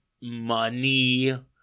money